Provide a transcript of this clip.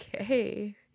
Okay